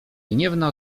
gniewna